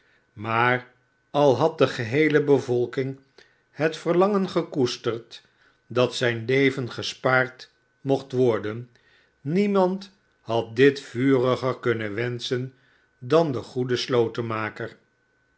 maar al had tie geheele bevolking het verlangen gekoesterd dat zijn leven gespaard mocht worden niemand had dit vuriger kunnen wenschen xlan de